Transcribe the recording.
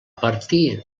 partir